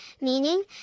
meaning